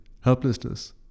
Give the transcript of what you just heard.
helplessness